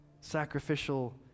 sacrificial